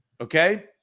okay